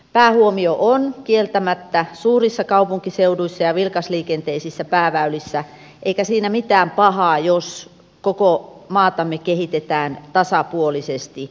päähuomio on kieltämättä suurissa kaupunkiseuduissa ja vilkasliikenteisissä pääväylissä eikä siinä mitään pahaa ole jos koko maatamme kehitetään tasapuolisesti